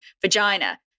vagina